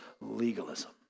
legalism